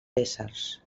éssers